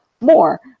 more